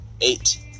eight